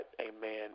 amen